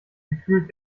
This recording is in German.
gekühlt